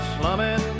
slumming